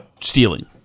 stealing